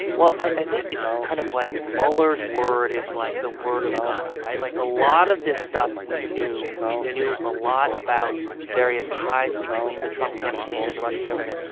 well, i think it's kind of like mueller's word is like the word of god, right? like, a lot of this stuff we knew. we knew a lot about various ties between the trump campaign and the russian government.